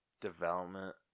development